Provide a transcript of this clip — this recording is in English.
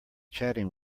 chatting